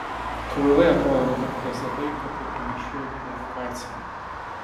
kvailai atrodo dabar pezalai kad tai panašu į provokaciją